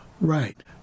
Right